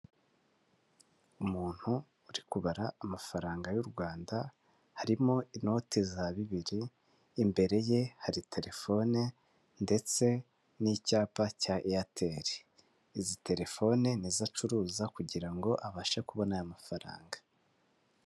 Umuntu uri kubara amafaranga y'u Rwanda harimo inote za bibiri imbere ye hari telefone ndetse n'icyapa cya eyateli izi telefone nizo acuruza kugira ngo abashe kubona aya mafaranga.